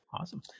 Awesome